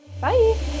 bye